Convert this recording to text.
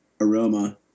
aroma